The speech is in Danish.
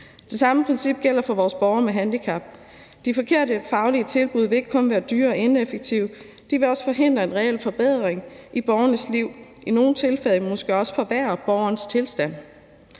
Det samme princip gælder for vores borgere med handicap: De forkerte faglige tilbud vil ikke kun være dyre og ineffektive, de vil også forhindre en reel forbedring i borgerens liv og i nogle tilfælde måske også forværre borgerens tilstand.